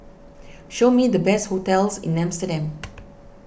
show me the best hotels in Amsterdam